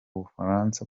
bufaransa